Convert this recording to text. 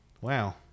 Wow